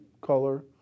color